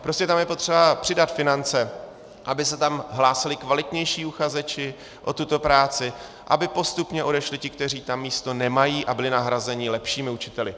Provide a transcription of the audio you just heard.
Prostě tam je potřeba přidat finance, aby se tam hlásili kvalitnější uchazeči o tuto práci, aby postupně odešli ti, kteří tam místo nemají, a byli nahrazeni lepšími učiteli.